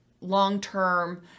long-term